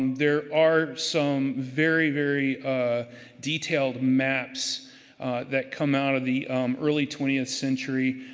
um there are some very, very detailed maps that come out of the early twentieth century.